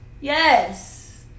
yes